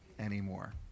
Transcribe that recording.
Anymore